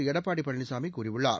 எடப்பாடி பழனிசாமி கூறியுள்ளார்